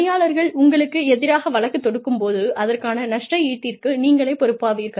பணியாளர்கள் உங்களுக்கு எதிராக வழக்குத் தொடுக்கும் போது அதற்கான நஷ்ட ஈட்டிற்கு நீங்களே பொறுப்பாவீர்கள்